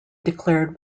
declared